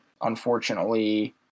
unfortunately